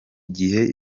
gihe